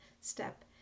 step